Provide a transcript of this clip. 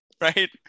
right